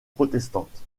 protestante